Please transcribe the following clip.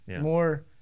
More